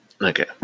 Okay